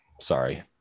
sorry